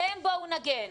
עליהם בואו נגן.